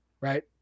right